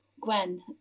gwen